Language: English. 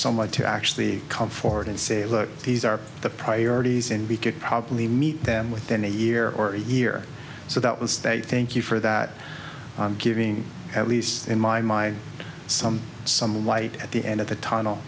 somebody to actually come forward and say look these are the priorities and we could probably meet them within a year or a year so that will stay thank you for that giving at least in my mind some some light at the end of the tunnel